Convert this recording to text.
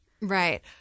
Right